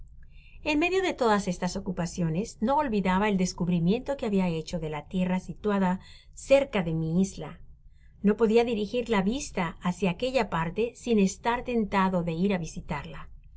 en medio de todas estas ocupaciones no olvidaba el descubrimiento que habia hecho de la tierra situada cerca de mi isla no podia dirigir la vista bácia aquella parte sin estar tentado do ir á visitarla